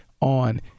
on